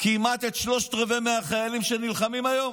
כמעט שלושה רבעים מהחיילים שנלחמים היום?